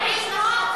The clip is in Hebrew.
זה ממש מזעזע.